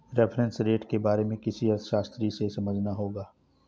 reference rate के बारे में किसी अर्थशास्त्री से समझना होगा